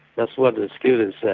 that's what the students say,